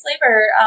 flavor